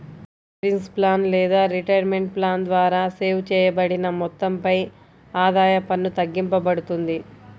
savings plan లేదా retirement plan ద్వారా save చేయబడిన మొత్తంపై ఆదాయ పన్ను తగ్గింపబడుతుంది